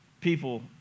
people